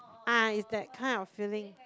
ah it's that kind of feeling